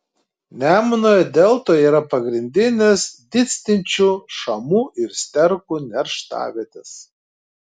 nemuno deltoje yra pagrindinės didstinčių šamų ir sterkų nerštavietės